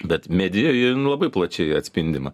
bet medijoj jin labai plačiai atspindima